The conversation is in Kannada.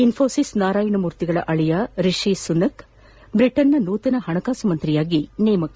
ಇನ್ಫೋಸಿಸ್ ನಾರಾಯಣ ಮೂರ್ತಿಗಳ ಅಳಿಯ ರಿಶಿ ಸುನಕ್ ಬ್ರಿಟನ್ನ ನೂತನ ಹಣಕಾಸು ಮಂತ್ರಿಯಾಗಿ ನೇಮಕ